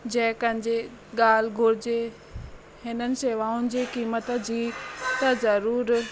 जंहिं कंहिंजे ॻाल्हि घुरिजे हिननि शेवाउनि जी क़ीमत जी त जरूर